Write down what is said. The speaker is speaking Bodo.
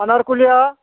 आनारकुलिआ